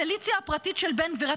המיליציה הפרטית של בן גביר.